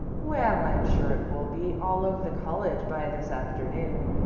well, i'm sure it will be all over the college by this afternoon.